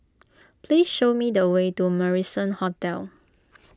please show me the way to Marrison Hotel